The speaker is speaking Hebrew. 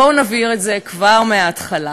בואו נבהיר את זה כבר מההתחלה,